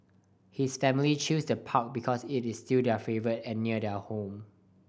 his family chose the park because it is due their favourite and near their home